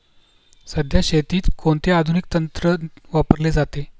सध्या शेतीत कोणते आधुनिक तंत्र वापरले जाते?